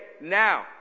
now